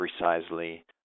precisely